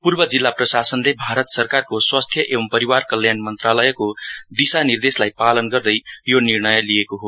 पूर्व जिल्ला प्रशासनले भारत सरकारको स्वास्थ्य एंव परिवार कल्याण मन्त्रालयको दिशानिदेर्शलाई पालन गर्दै यो निणर्य लिएको हो